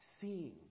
seeing